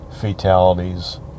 fatalities